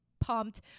pumped